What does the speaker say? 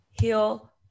Heal